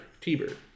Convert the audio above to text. T-Bird